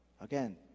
Again